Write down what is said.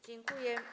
Dziękuję.